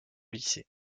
lycée